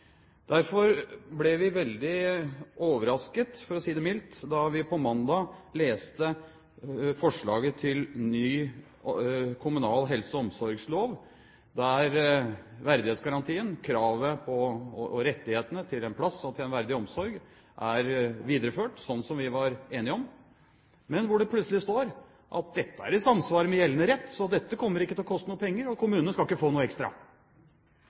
Derfor ble vi veldig overrasket, for å si det mildt, da vi på mandag leste forslaget til ny kommunal helse- og omsorgslov, der verdighetsgarantien, kravet om og rettighetene til en plass og til en verdig omsorg, er videreført sånn som vi var enige om, men hvor det plutselig står at dette er i samsvar med gjeldende rett, så dette kommer ikke til å koste noen penger, og kommunene skal ikke få noe ekstra.